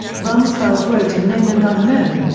rumsfeld wrote in known and unknown,